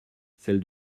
celle